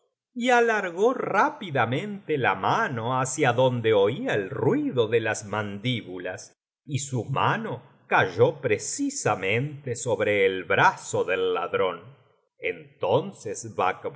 y alargó rápidamente la mano hacia donde oía el ruido de las mandíbulas y su mano cayó precisamente sobre el brazo del ladrón entonces